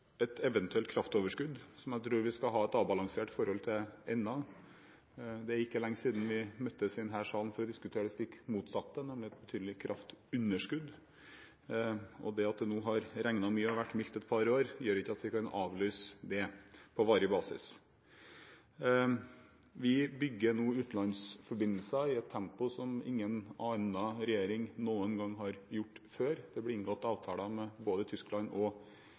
et eventuelt kraftoverskudd, tror jeg vi skal ha et avbalansert forhold til det ennå. Det er ikke lenge siden vi møttes i denne salen for å diskutere det stikk motsatte, nemlig et betydelig kraftunderskudd. Det at det nå har regnet mye og har vært mildt et par år, gjør ikke at vi kan avlyse dette på varig basis. Vi bygger nå utenlandsforbindelser i et tempo som ingen annen regjering noen gang før har gjort. Det ble inngått avtaler med både Tyskland og